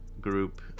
group